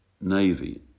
Navy